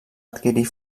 adquirir